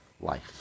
life